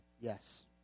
yes